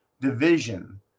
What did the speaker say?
division